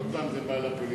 עוד פעם זה בא לפוליטיקה.